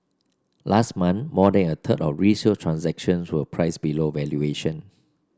last month more than a third of resale transactions were priced below valuation